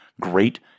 Great